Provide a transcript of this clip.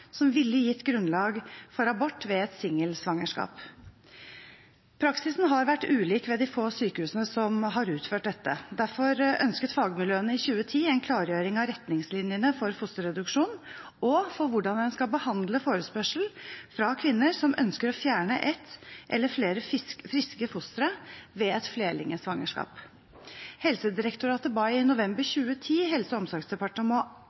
som ville gitt grunnlag for abort ved et singelsvangerskap. Praksisen har vært ulik ved de få sykehusene som har utført dette. Derfor ønsket fagmiljøene i 2010 en klargjøring av retningslinjene for fosterreduksjon og for hvordan en skal behandle forespørsler fra kvinner som ønsker å fjerne ett eller flere friske fostre ved et flerlingsvangerskap. Helsedirektoratet ba i november 2010 Helse- og omsorgsdepartementet